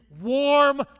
warm